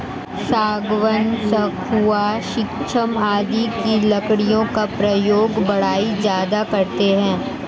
सागवान, सखुआ शीशम आदि की लकड़ियों का प्रयोग बढ़ई ज्यादा करते हैं